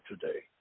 today